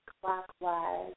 clockwise